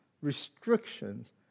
restrictions